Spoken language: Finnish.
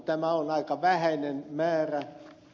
tämä on aika vähäinen määrä